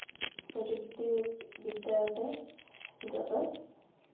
ᱯᱨᱚᱡᱩᱠᱛᱤ ᱵᱤᱫᱽᱫᱟ ᱛᱮ ᱱᱤᱛᱳᱜ ᱫᱚ